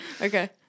Okay